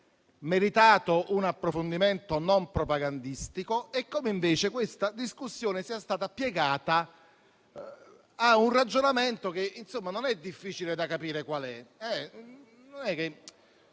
adesso, un approfondimento non propagandistico e come invece questa discussione sia stata piegata a un ragionamento che non è difficile capire quale